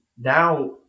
Now